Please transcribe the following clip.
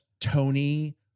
Tony